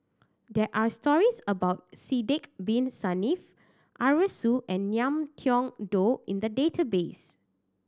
there are stories about Sidek Bin Saniff Arasu and Ngiam Tong Dow in the database